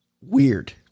Weird